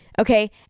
Okay